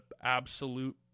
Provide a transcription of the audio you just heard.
absolute